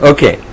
Okay